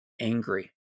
angry